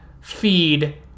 feed